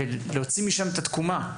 ולהוציא משם את התקומה.